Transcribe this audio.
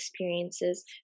experiences